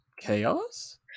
chaos